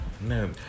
No